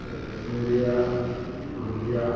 এই বুন্দিয়া ভুজিয়া